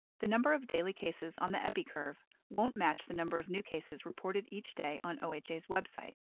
the number of daily cases on the epi curve won't match the number of new cases reported each day on oha's website.